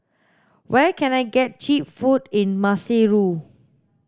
where can I get cheap food in Maseru